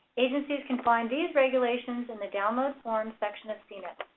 agencies can find these regulations in the download forms section of cnips.